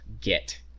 get